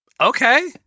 Okay